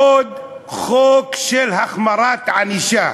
בעוד חוק של החמרת ענישה.